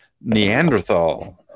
neanderthal